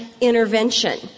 intervention